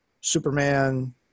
Superman